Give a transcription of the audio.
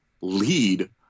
lead